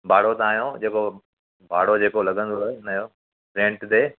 भाड़ो तव्हांजो जेको भाड़ो जेको लगंदव नयो रेन्ट ते